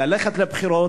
ללכת לבחירות,